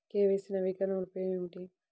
KYC నవీకరణ వలన ఉపయోగం ఏమిటీ?